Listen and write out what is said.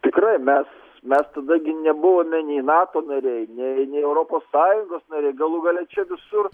tikrai mes mes tada gi nebuvome nei nato nariai nei nei europos sąjungos nariai galų gale čia visur